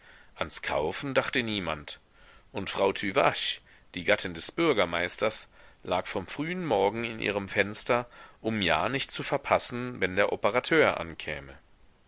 ans kaufen dachte niemand und frau tüvache die gattin des bürgermeisters lag vom frühen morgen in ihrem fenster um ja nicht zu verpassen wenn der operateur ankäme